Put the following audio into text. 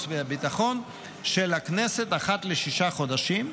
והביטחון של הכנסת אחת לשישה חודשים,